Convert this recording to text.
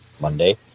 monday